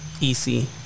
easy